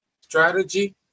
strategy